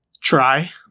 try